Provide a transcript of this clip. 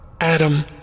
Adam